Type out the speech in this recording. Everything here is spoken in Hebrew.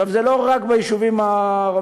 עכשיו, זה לא רק ביישובים הערביים.